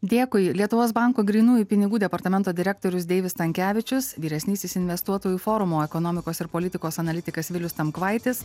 dėkui lietuvos banko grynųjų pinigų departamento direktorius deivis stankevičius vyresnysis investuotojų forumo ekonomikos ir politikos analitikas vilius tamkvaitis